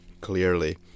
clearly